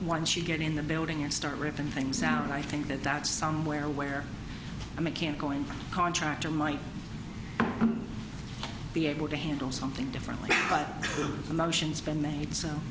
once you get in the building and start ripping things out i think that's somewhere where a mechanic going contractor might be able to handle something differently but emotions been made so